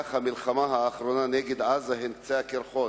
במהלך המלחמה האחרונה נגד עזה הן קצה הקרחון.